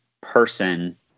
person